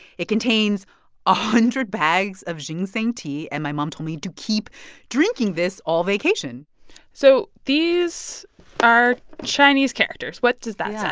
it contains a hundred bags of ginseng tea. and my mom told me to keep drinking this all vacation so these are chinese characters. what does that yeah